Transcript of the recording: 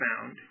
found